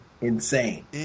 Insane